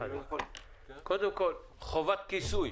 קודם כול, חובת כיסוי.